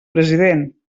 president